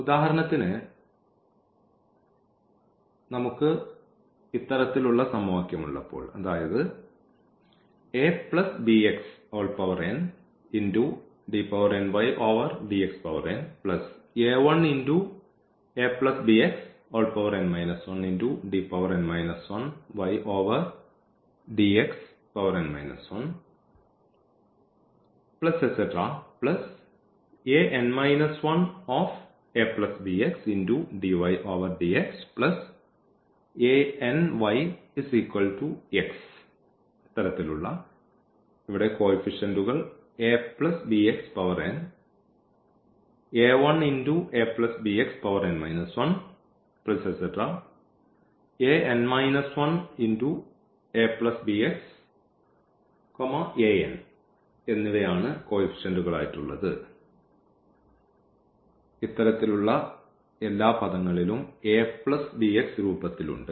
ഉദാഹരണത്തിന് നമുക്ക് ഉള്ളപ്പോൾ ഇത്തരത്തിലുള്ള സമവാക്യം ഇവിടെ കോയിഫിഷ്യന്റുകൾ എന്നിവയാണ് ഉള്ളത് എല്ലാ പദങ്ങളിലും രൂപത്തിൽ ഉണ്ട്